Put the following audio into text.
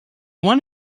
one